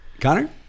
Connor